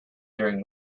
during